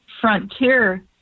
Frontier